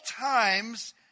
times